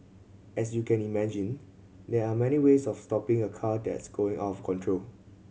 as you can imagine there are many ways of stopping a car that's going out of control